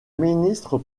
ministre